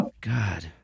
God